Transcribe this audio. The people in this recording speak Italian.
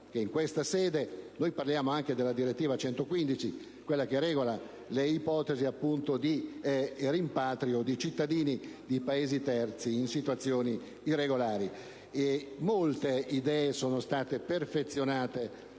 in questa sede si parli anche della direttiva 2008/115, che regola le ipotesi di rimpatrio di cittadini di Paesi terzi in situazioni irregolari. Molte idee sono state perfezionate